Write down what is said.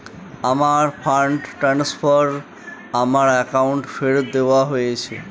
আমার fund transfer আমার অ্যাকাউন্টে ফেরত দেওয়া হয়েছে